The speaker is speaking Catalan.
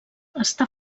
està